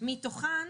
ספרד,